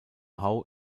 how